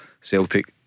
Celtic